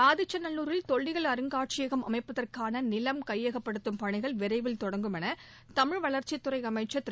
ஆதிச்சநல்லூரில் தொல்லியல் அருங்காட்சியகம் அமைப்பதற்கான நிலம் கையகப்படுத்தும் பணிகள் விரைவில் தொடங்கும் என தமிழ் வளர்ச்சித்துறை அமைச்சர் திரு